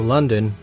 London